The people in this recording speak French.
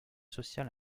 social